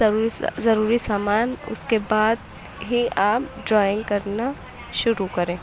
ضروری ضروری سامان اس کے بعد ہی آپ ڈرائنگ کرنا شروع کریں